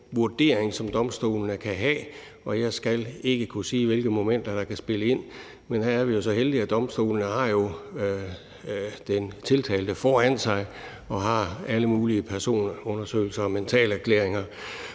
som domstolene kan have. Og jeg skal ikke kunne sige, hvilke momenter der kan spille ind, men her er vi jo så heldige, at domstolene har den tiltalte foran sig, og at de har alle mulige personundersøgelser og mentalerklæringer,